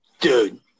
Dude